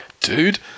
dude